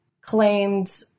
claimed